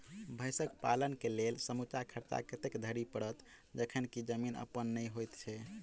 भैंसक पालन केँ लेल समूचा खर्चा कतेक धरि पड़त? जखन की जमीन अप्पन नै होइत छी